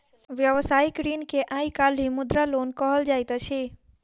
व्यवसायिक ऋण के आइ काल्हि मुद्रा लोन कहल जाइत अछि